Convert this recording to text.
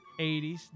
80s